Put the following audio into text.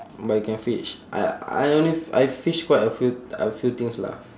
but you can fish I I only f~ I fish quite a few a few things lah